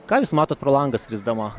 ką jūs matot pro langą skrisdama